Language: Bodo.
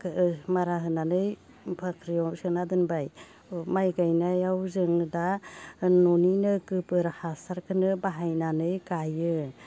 मारा होनानै बाख्रियाव सोना दोनबाय माइ गायनायाव जोङो दा न'निनो गोबोर हासारखोनो बाहायनानै गायो